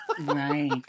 Right